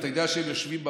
אתה יודע שהם יושבים בבית,